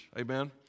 amen